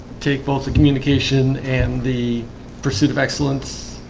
take both the communication and the pursuit of excellence